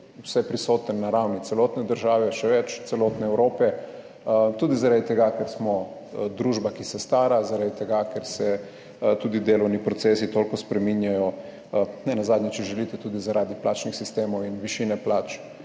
vseprisoten na ravni celotne države, še več, celotne Evrope, tudi zaradi tega, ker smo družba, ki se stara, zaradi tega, ker se tudi delovni procesi toliko spreminjajo, nenazadnje, če želite, tudi zaradi plačnih sistemov in višine plač,